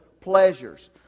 pleasures